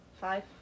five